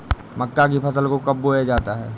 मक्का की फसल को कब बोया जाता है?